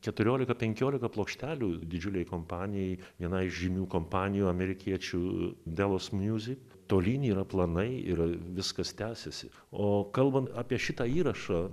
keturiolika penkiolika plokštelių didžiulei kompanijai vienai žymių kompanijų amerikiečių delos music tolyn yra planai ir viskas tęsiasi o kalbant apie šitą įrašą